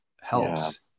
helps